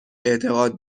اعتقاد